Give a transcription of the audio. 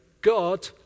God